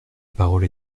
parole